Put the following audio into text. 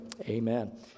Amen